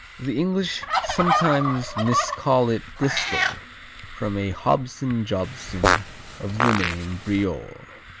the english sometimes miscall it bristol from a hobson-jobson of the name briol.